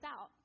out